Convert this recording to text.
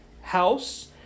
house